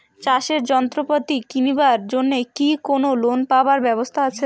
চাষের যন্ত্রপাতি কিনিবার জন্য কি কোনো লোন পাবার ব্যবস্থা আসে?